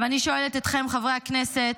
עכשיו, אני שואלת אתכם, חברי הכנסת: